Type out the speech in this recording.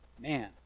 Man